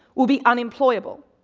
will be unemployable.